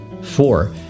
Four